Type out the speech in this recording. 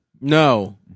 No